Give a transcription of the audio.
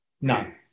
None